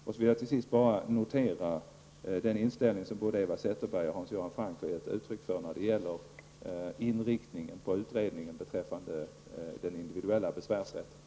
Till sist vill jag bara notera den inställning som både Eva Zetterberg och Hans Göran Franck har gett uttryck för när det gäller utredningens inriktning beträffande den individuella besvärsrätten.